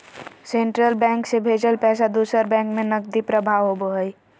central bank से भेजल पैसा दूसर बैंक में नकदी प्रवाह होबो हइ